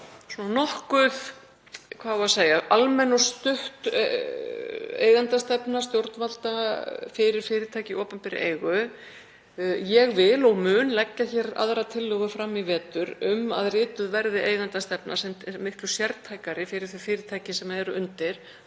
að það er til nokkuð almenn og stutt eigendastefna stjórnvalda fyrir fyrirtæki í opinberri eigu. Ég vil og mun leggja hér fram aðra tillögu í vetur um að rituð verði eigendastefna sem er miklu sértækari fyrir þau fyrirtæki sem eru undir.